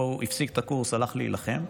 הוא הפסיק את הקורס והלך להילחם,